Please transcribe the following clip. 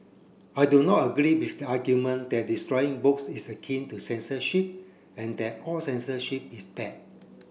I do not agree with the argument that destroying books is akin to censorship and that all censorship is bad